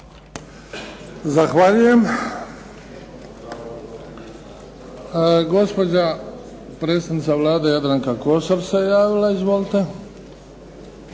Zahvaljujem. Gospođa predsjednica Vlade gospođa Jadranka Kosor se javila. Izvolite.